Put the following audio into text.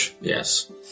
Yes